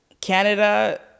canada